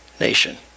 nation